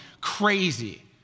crazy